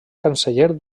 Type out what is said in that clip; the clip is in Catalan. canceller